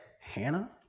Hannah